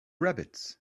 rabbits